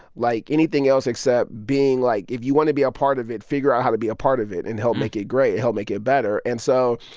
like, anything else except being, like, if you want to be a part of it, figure out how to be a part of it and help make it great, help make it better and so,